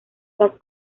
las